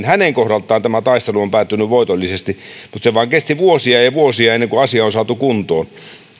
hänen kohdaltaan tämä taistelu on päättynyt voitollisesti mutta se vain kesti vuosia ja vuosia ennen kuin asia saatiin kuntoon